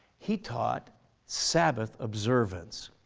he taught sabbath observance.